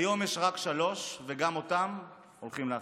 כיום יש רק שלוש, וגם אותן הולכים להחליף.